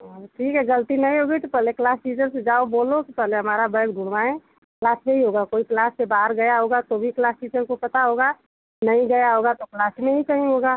हाँ तो ठीक है गलती नहीं होगी तो पहले क्लास टीचर से जाओ बोलो कि पहले हमारा बैग ढूंढवाएँ क्लास में ही होगा कोई क्लास से बाहर गया होगा तो भी क्लास टीचर को पता होगा नहीं गया होगा तो क्लास में ही कहीं होगा